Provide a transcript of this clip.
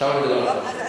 עכשיו אני מדבר על כפר-שלם.